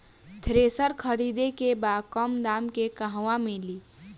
Thresher खरीदे के बा कम दाम में कहवा मिली?